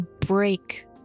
break